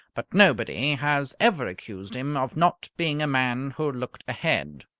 but nobody has ever accused him of not being a man who looked ahead.